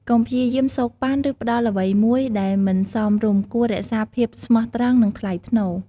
កុំព្យាយាមសូកប៉ាន់ ឬផ្ដល់អ្វីមួយដែលមិនសមរម្យ ត្រូវរក្សាភាពស្មោះត្រង់ និងថ្លៃថ្នូរ។